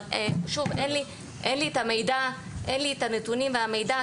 אבל שוב, אין לי את הנתונים והמידע.